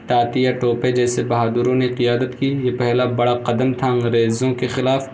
تانتیہ ٹوپے جیسے بہادروں نے قیادت کی یہ پہلا بڑا قدم تھا انگریزوں کے خلاف